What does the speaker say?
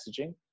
messaging